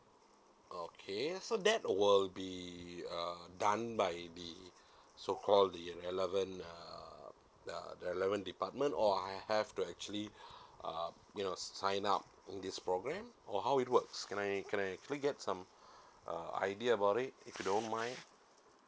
okay so that will be uh done by the so call the relevant uh the relevant department or I have to actually uh you know sign up in this program or how it works can can I actually get some uh idea about it if you don't mind